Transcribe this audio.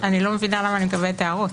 אני לא מבינה למה אני מקבלת הערות.